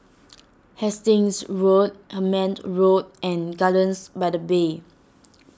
Hastings Road Hemmant Road and Gardens by the Bay